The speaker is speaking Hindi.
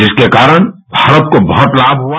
जिसके कारण भारत को बहुत लाभ हुआ